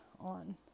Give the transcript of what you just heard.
on